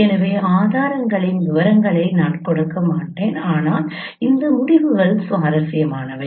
எனவே ஆதாரங்களின் விவரங்களை நான் கொடுக்க மாட்டேன் ஆனால் இந்த முடிவுகள் சுவாரஸ்யமானவை